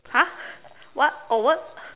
!huh! what a word